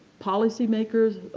policy makers.